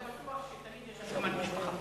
אתה אומר שאתה בטוח שתמיד יש הסכמת משפחה.